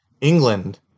England